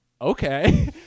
Okay